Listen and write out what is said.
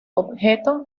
objeto